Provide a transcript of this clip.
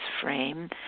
frame